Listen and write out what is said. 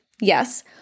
yes